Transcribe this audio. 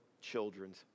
children's